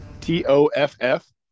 T-O-F-F